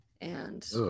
And-